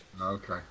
Okay